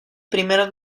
primeros